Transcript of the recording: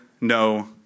no